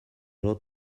load